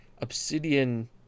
Obsidian